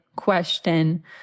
question